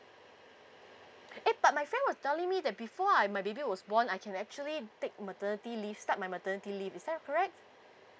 eh but my friend was telling me that before I my baby was born I can actually take maternity leave start my maternity leave is that correct